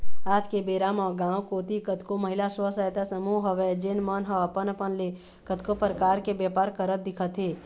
आज के बेरा म गाँव कोती कतको महिला स्व सहायता समूह हवय जेन मन ह अपन अपन ले कतको परकार के बेपार करत दिखत हे